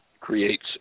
creates